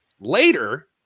Later